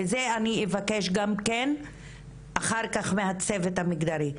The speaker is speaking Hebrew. ואת זה אני אבקש אחר כך מהצוות המגדרי.